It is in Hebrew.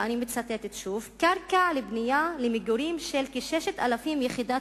ואני מצטטת שוב: קרקע לבנייה למגורים של כ-6,000 יחידות